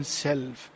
self